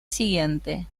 siguiente